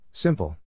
Simple